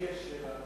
לי יש שאלה.